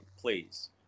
please